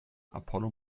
apollo